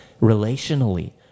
relationally